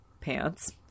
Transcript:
pants